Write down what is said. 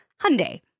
Hyundai